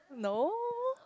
no